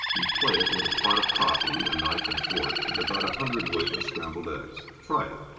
you play it with a pot of coffee, a knife and fork, and about a hundred-weight of scrambled eggs. try it.